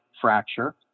fracture